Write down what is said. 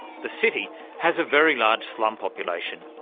the city has a very large slum population,